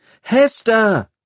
Hester